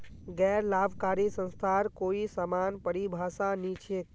गैर लाभकारी संस्थार कोई समान परिभाषा नी छेक